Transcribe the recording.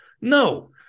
No